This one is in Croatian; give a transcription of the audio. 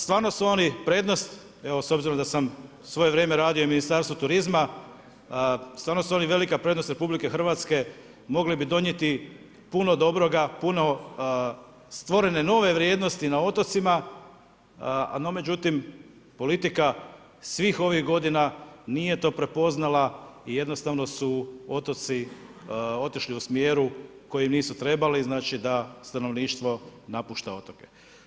Stvarno su oni prednost, evo s obzirom da sam svojevremeno radio u Ministarstvu turizma, stvarno su oni velika prednost RH, mogli bi donijeti puno dobroga, puno stvorene nove vrijednosti na otocima, no međutim, politika svih ovih godina nije to prepoznala i jednostavno su otoci otišli u smjeru kojem nisu trebali, znači da stanovništvo napušta otoke.